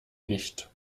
nicht